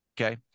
okay